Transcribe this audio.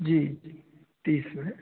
जी जी तीस में